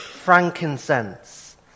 frankincense